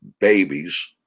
babies